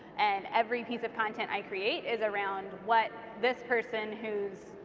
and every piece of content i create is around what this person whose,